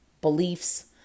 beliefs